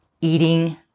eating